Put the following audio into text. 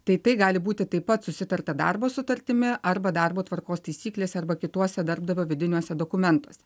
tai tai gali būti taip pat susitarta darbo sutartimi arba darbo tvarkos taisyklėse arba kituose darbdavio vidiniuose dokumentuose